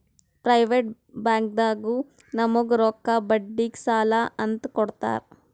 private ಬ್ಯಾಂಕ್ನಾಗು ನಮುಗ್ ರೊಕ್ಕಾ ಬಡ್ಡಿಗ್ ಸಾಲಾ ಅಂತ್ ಕೊಡ್ತಾರ್